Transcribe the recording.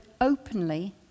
openly